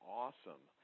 awesome